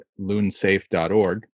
loonsafe.org